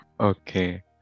okay